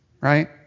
Right